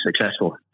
successful